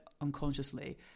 unconsciously